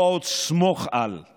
לא עוד "סמוך על";